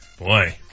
Boy